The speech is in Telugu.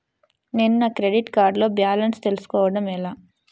నేను నా క్రెడిట్ కార్డ్ లో బాలన్స్ తెలుసుకోవడం ఎలా?